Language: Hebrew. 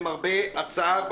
מרבה הצער,